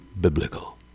biblical